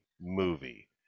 movie